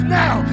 now